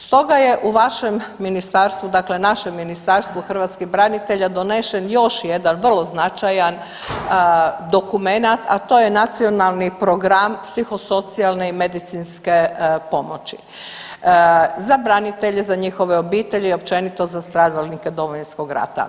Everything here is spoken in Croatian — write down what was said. Stoga je u vašem ministarstvu, dakle našem Ministarstvu hrvatskih branitelja donesen još jedan vrlo značajan dokumenata, a to je Nacionalni program psihosocijalne i medicinske pomoći za branitelje, za njihove obitelji i općenito za stradalnike Domovinskog rata.